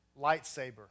lightsaber